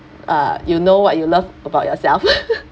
uh you know what you love about yourself